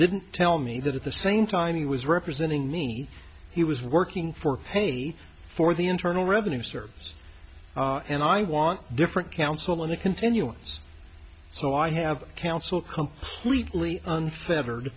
didn't tell me that at the same time he was representing me he was working for pay for the internal revenue service and i want different counsel and a continuance so i have counsel completely unf